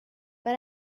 but